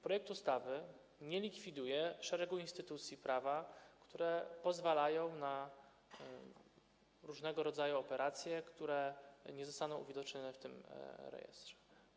Projekt ustawy nie likwiduje szeregu instytucji prawa pozwalających na różnego rodzaju operacje, które nie zostaną uwidocznione w tym rejestrze.